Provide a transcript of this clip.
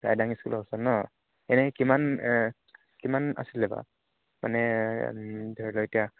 ৰাইডাং স্কুলৰ ওচৰত নহ্ এনে কিমান কিমান আছিলে বাৰু মানে ধৰি লোৱা এতিয়া